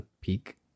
Peak